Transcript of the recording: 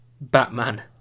Batman